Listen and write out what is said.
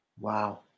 Wow